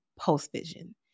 post-vision